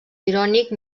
irònic